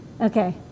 Okay